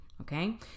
okay